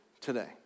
today